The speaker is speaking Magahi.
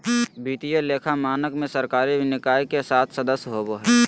वित्तीय लेखा मानक में सरकारी निकाय के सात सदस्य होबा हइ